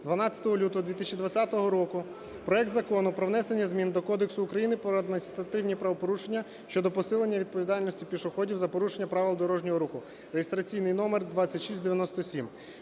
12 лютого 2020 року проект Закону про внесення змін до Кодексу України про адміністративні правопорушення щодо посилення відповідальності пішоходів за порушення правил дорожнього руху (реєстраційний номер 2697).